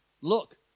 look